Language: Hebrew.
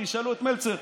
תשאלו את מלצר.